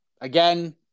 again